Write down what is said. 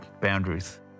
boundaries